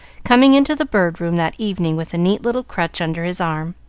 coming into the bird room that evening with a neat little crutch under his arm.